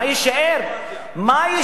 סוריה היא דמוקרטיה,